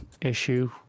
issue